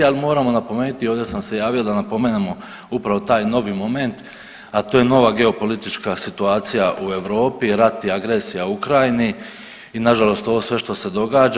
Ali moramo napomenuti i ovdje sam se javio da napomenemo upravo taj novi moment, a to je nova geopolitička situacija u Europi, rat i agresija u Ukrajini i nažalost ovo sve što se događa.